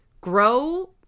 Grow